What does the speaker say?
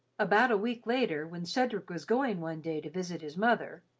about a week later, when cedric was going one day to visit his mother,